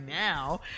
now